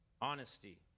honesty